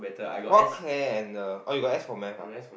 what Clare and the oh you got S for Math ah